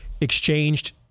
exchanged